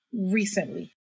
recently